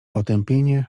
otępienie